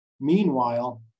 meanwhile